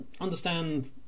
understand